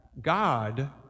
God